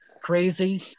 crazy